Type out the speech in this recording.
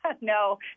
No